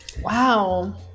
Wow